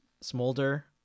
smolder